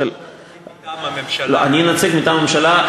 אתה הנציג מטעם הממשלה.